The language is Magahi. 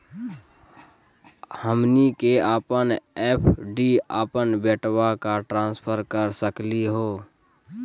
हमनी के अपन एफ.डी अपन बेटवा क ट्रांसफर कर सकली हो?